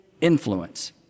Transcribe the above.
influence